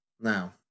Now